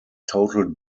total